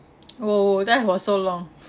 oh therefore so long